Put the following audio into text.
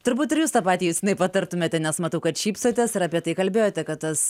turbūt ir jūs tą patį justinai patartumėte nes matau kad šypsotės ir apie tai kalbėjote kad tas